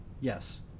yes